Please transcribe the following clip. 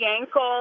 ankle